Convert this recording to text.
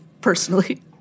personally